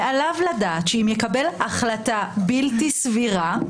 ועליו לדעת שאם יקבל החלטה בלתי סבירה,